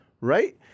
Right